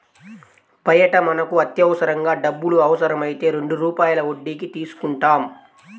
బయట మనకు అత్యవసరంగా డబ్బులు అవసరమైతే రెండు రూపాయల వడ్డీకి తీసుకుంటాం